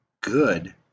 good